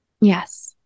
Yes